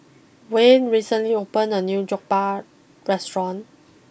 when recently opened a new Jokbal restaurant